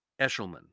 Eshelman